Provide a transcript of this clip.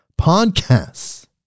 podcasts